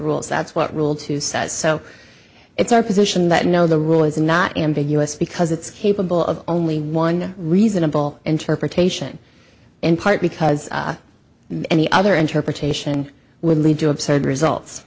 rules that's what rule two says so it's our position that no the rule is not ambiguous because it's capable of only one reasonable interpretation in part because the other interpretation would lead to absurd results